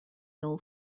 mill